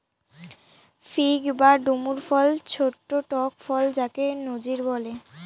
fig বা ডুমুর ফল ছোট্ট টক ফল যাকে নজির বলে